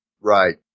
Right